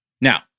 Now